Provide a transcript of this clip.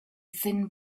thin